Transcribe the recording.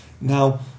Now